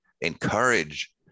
encourage